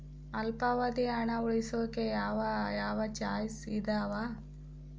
ಅಲ್ಪಾವಧಿ ಹಣ ಉಳಿಸೋಕೆ ಯಾವ ಯಾವ ಚಾಯ್ಸ್ ಇದಾವ?